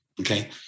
Okay